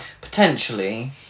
Potentially